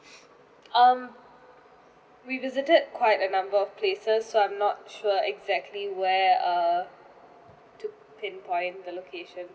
um we visited quite a number of places so I'm not sure exactly where err to pinpoint the location